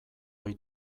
ohi